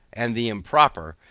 and the improper,